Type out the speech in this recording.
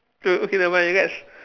oh okay nevermind let's